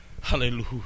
Hallelujah